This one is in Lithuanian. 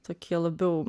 tokie labiau